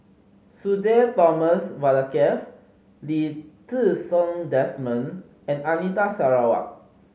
Sudhir Thomas Vadaketh Lee Ti Seng Desmond and Anita Sarawak